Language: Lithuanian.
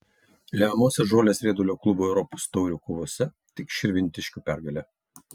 lemiamose žolės riedulio klubų europos taurių kovose tik širvintiškių pergalė